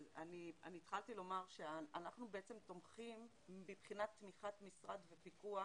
התחלתי לומר שאנחנו בעצם תומכים מבחינת תמיכת המשרד ופיקוח